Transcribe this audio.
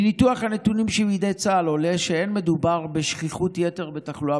מניתוח הנתונים שבידי צה"ל עולה שלא מדובר בשכיחות יתר בתחלואה